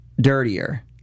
dirtier